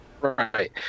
Right